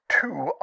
two